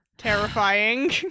Terrifying